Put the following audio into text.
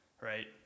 right